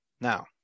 Now